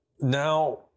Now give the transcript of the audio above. now